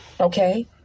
okay